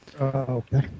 Okay